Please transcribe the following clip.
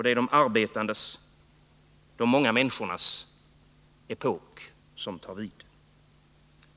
Det är de arbetandes, de många människornas, epok som nu tar vid.